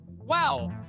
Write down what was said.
Wow